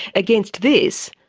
against this,